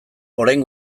orain